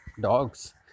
dogs